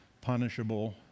punishable